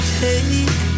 take